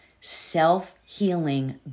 self-healing